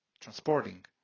transporting